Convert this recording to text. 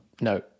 no